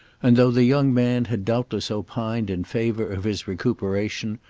and, though the young man had doubtless opined in favour of his recuperation,